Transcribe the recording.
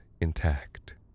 intact